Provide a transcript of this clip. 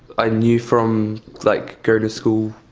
i knew from like going to school.